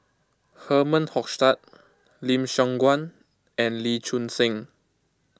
Herman Hochstadt Lim Siong Guan and Lee Choon Seng